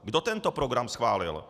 Kdo tento program schválil?